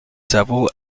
several